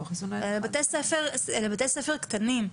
אלה בתי ספר קטנים.